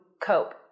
cope